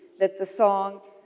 that the song,